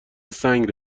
سنگ